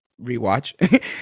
rewatch